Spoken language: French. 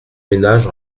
ménage